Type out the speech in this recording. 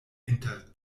inter